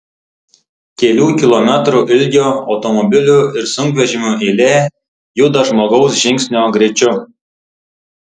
kelių kilometrų ilgio automobilių ir sunkvežimių eilė juda žmogaus žingsnio greičiu